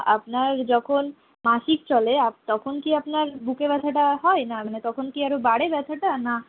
আপনার যখন মাসিক চলে আপ তখন কি আপনার বুকে ব্যাথাটা হয় না মানে তখন কি আরও বাড়ে ব্যথাটা না